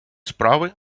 справи